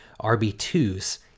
RB2s